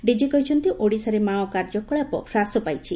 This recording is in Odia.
ଡିକି କହିଛନ୍ତି ଓଡ଼ିଶାରେ ମାଓ କାର୍ଯ୍ୟକଳାପ ହ୍ରାସ ପାଇଛି